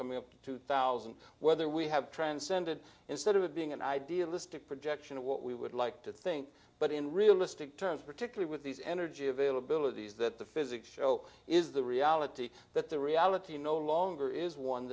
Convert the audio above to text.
coming up two thousand whether we have transcended instead of it being an idealistic projection of what we would like to think but in realistic terms particularly with these energy availabilities that the physics show is the reality that the reality no longer is one